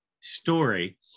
story